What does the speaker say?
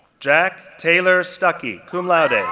jack taylor stucky, cum laude,